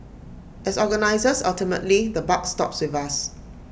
as organisers ultimately the buck stops with us